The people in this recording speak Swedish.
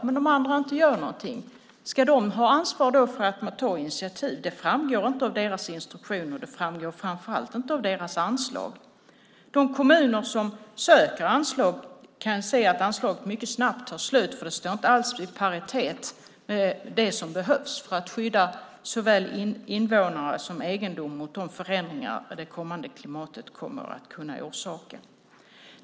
Men ska de ha ansvar för att initiativ tas om andra inte gör någonting? Det framgår inte av deras instruktioner och framför allt inte av deras anslag. De kommuner som söker anslag kan se att anslaget mycket snabbt tar slut, för det står inte alls i paritet med vad som behövs för att skydda såväl invånare som egendom mot de förändringar som det framtida klimatet kommer att kunna orsaka.